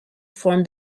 form